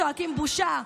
צועקים: בושה,